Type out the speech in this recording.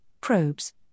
probes